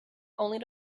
only